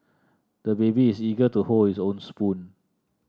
the baby is eager to hold his own spoon